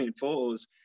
photos